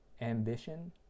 ambition